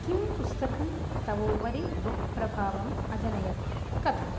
किं पुस्तकं तव उपरि बहु प्रभावम् अजनयत् कथ